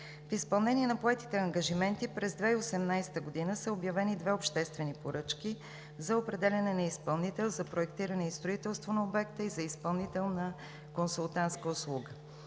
В изпълнение на поетите ангажименти през 2018 г. са обявени две обществени поръчки за определяне на изпълнител за проектиране и строителство на обекта и за изпълнител на консултантска услуга.